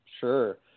Sure